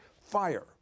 Fire